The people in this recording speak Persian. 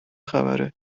خبره